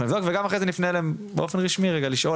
אנחנו נבדוק וגם אחרי זה אנחנו נפנה אליהם באופן רשמי רגע לשאול,